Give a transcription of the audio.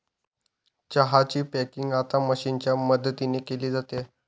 चहा ची पॅकिंग आता मशीनच्या मदतीने केली जाते